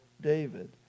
David